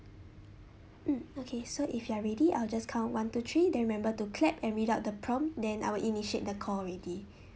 mm okay so if you are ready I'll just count one two three then remember to clap and read out the prompt then I'll initiate the call already